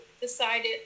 decided